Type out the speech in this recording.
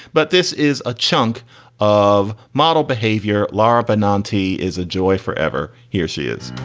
but this is a chunk of model behavior. laura benanti is a joy forever. here she is